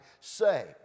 say